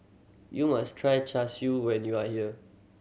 you must try Char Siu when you are here